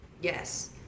yes